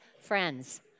friends